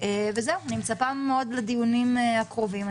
אני מצפה מאוד לדיונים הקרובים.